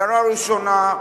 הערה ראשונה: